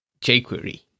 jQuery